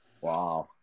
Wow